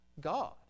God